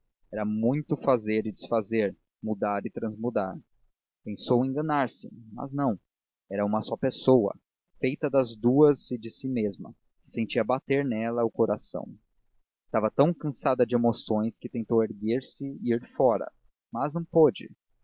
era muito fazer e desfazer mudar e transmudar pensou enganar-se mas não era uma só pessoa feita das duas e de si mesma que sentia bater nela o coração estava tão cansada de emoções que tentou erguer-se e ir fora mas não pôde